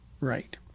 Right